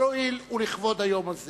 אבל הואיל, לכבוד היום הזה